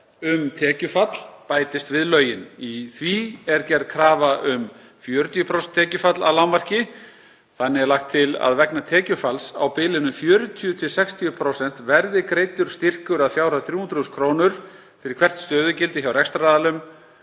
um tekjufall bætist við lögin. Í því er gerð krafa um 40% tekjufall að lágmarki. Þannig er lagt til að vegna tekjufalls á bilinu 40–60% verði greiddur styrkur að fjárhæð 300.000 kr. fyrir hvert stöðugildi hjá rekstraraðila